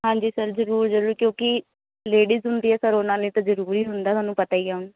ਹਾਂਜੀ ਸਰ ਜ਼ਰੂਰ ਜ਼ਰੂਰ ਕਿਉਂਕਿ ਲੇਡੀਜ ਹੁੰਦੀ ਹੈ ਸਰ ਉਹਨਾਂ ਨੇ ਤਾਂ ਜ਼ਰੂਰੀ ਹੁੰਦਾ ਤੁਹਾਨੂੰ ਪਤਾ ਹੀ ਹੁਣ